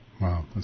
Wow